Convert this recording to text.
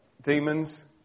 demons